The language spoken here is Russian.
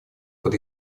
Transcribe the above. под